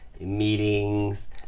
meetings